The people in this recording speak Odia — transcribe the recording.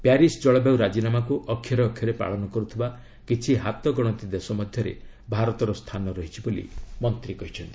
ପ୍ୟାରିସ୍ ଜଳବାୟୁ ରାଜିନାମାକୁ ଅକ୍ଷରେ ଅକ୍ଷରେ ପାଳନ କରୁଥିବା କିଛି ହାତଗଣତି ଦେଶ ମଧ୍ୟରେ ଭାରତର ସ୍ଥାନ ରହିଛି ବୋଲି ମନ୍ତ୍ରୀ କହିଛନ୍ତି